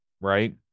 right